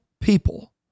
people